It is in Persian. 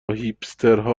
هیپسترها